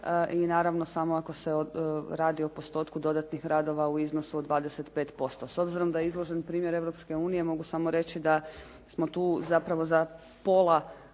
i naravno samo ako se radi o postotku dodatnih radova u iznosu od 25%. S obzirom da je izložen primjer Europske unije mogu samo reći da smo tu zapravo za pola